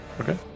Okay